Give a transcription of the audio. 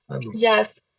Yes